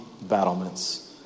battlements